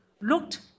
looked